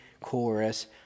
chorus